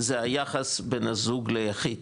זה היחס בין הזוג ליחיד,